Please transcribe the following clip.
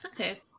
Okay